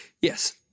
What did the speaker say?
Yes